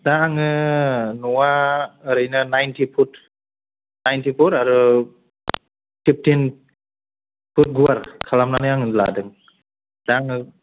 दा आङो न'वा ओरैनो नाइनथि फुथ आरो फिबथिन फुथ गुवार खालामनानै आङो लादों दा आङो